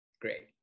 Great